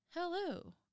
Hello